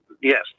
yes